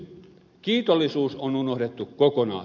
kiitollisuus on unohdettu kokonaan